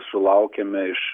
sulaukėme iš